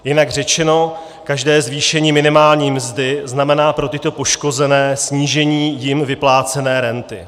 Jinak řečeno, každé zvýšení minimální mzdy znamená pro tyto poškozené snížení jim vyplácené renty.